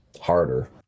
harder